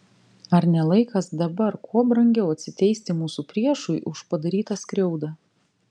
ar ne laikas dabar kuo brangiau atsiteisti mūsų priešui už padarytą skriaudą